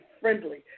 friendly